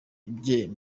bien